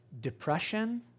Depression